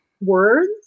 words